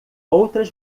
outras